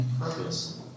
Purpose